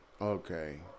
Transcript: Okay